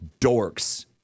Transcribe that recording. dorks